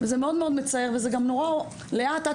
זה מאוד מצער וזה גם עובר לאט.